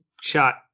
shot